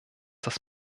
das